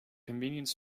convenience